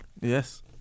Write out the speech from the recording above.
Yes